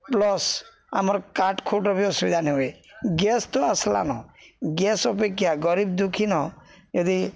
plus ଆମର କାଠ ଖୋଟ ବି ଅସୁବିଧା ନ ହୁଏ ଗେସ୍ ତ ଆସିଲାନ ଗେସ୍ ଅପେକ୍ଷା ଗରିବ ଦୁଃଖିନ ଯଦି